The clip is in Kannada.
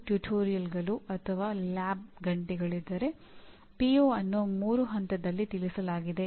2015ರ ನಂತರ ಮಾನ್ಯತೆಯಿಂದಾಗಿ ಈಗ ಗಮನವು ಇನ್ಪುಟ್ ಮೇಲೆ ಕೇಂದ್ರೀಕರಿಸಿದೆ